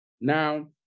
Now